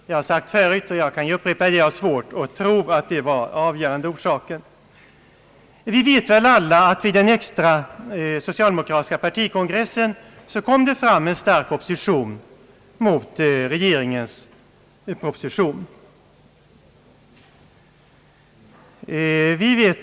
Jag har sagt det förut, och jag upprepar det nu: Jag har svårt att tro att det var den avgörande orsaken. Vi vet väl alla att vid den extra socialdemokratiska partikongressen hösten 1967 en stark opposition mot regeringens proposition framkom.